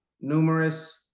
numerous